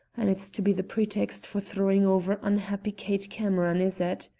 and it's to be the pretext for throwing over unhappy kate cameron, is it?